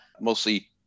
mostly